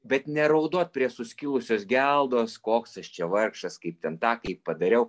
bet neraudot prie suskilusios geldos koks aš čia vargšas kaip ten tą kaip padariau